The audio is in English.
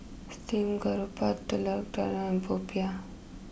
Steamed Garoupa Telur Dadah and Popiah